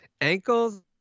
Ankles